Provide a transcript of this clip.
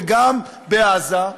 וגם בעזה,